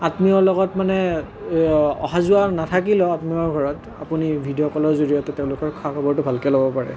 আত্মীয়ৰ লগত মানে অহা যোৱা নাথাকিলেও আপোনাৰ ঘৰত আপুনি ভিডিঅ' কলৰ জৰিয়তে তেওঁলোকৰ খা খবৰটো ভালকৈ ল'ব পাৰে